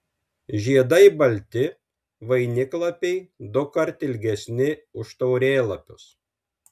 žiedai balti vainiklapiai dukart ilgesni už taurėlapius